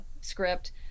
script